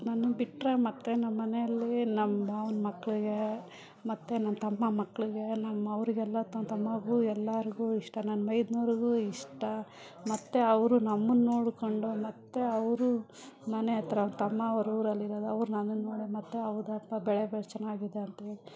ನನ್ನನ್ನು ಬಿಟ್ಟರೆ ಮತ್ತೆ ನಮ್ಮನೆಯಲ್ಲಿ ನಮ್ಮ ಭಾವನ ಮಕ್ಕಳಿಗೆ ಮತ್ತು ನನ್ನ ತಮ್ಮ ಮಕ್ಕಳಿಗೆ ನಮ್ಮವ್ರಿಗೆಲ್ಲ ತಮ್ಮಗೂ ಎಲ್ಲರ್ಗೂ ಇಷ್ಟ ನನ್ನ ಮೈದುನವ್ರಿಗೂ ಇಷ್ಟ ಮತ್ತು ಅವರು ನಮ್ಮನ್ನ ನೋಡ್ಕೊಂಡು ಮತ್ತು ಅವರು ಮನೆ ಹತ್ರ ಅವರು ತಮ್ಮ ಅವರು ಊರಲ್ಲಿರೋದು ಅವ್ರು ನನ್ನನ್ನು ನೋಡಿ ಮತ್ತೆ ಹೌದಪ್ಪ ಬೆಳೆಗಳು ಚನ್ನಾಗಿವೆ ಅಂತ